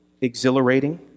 exhilarating